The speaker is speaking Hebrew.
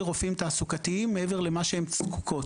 רופאים תעסוקתיים מעבר למה שהן זקוקות.